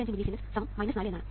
25 millisiemens 4 എന്നാണ്